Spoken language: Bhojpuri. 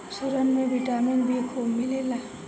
सुरन में विटामिन बी खूब मिलेला